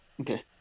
Okay